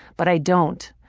but i don't.